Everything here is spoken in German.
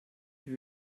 wie